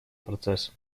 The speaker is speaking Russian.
процесса